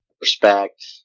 respect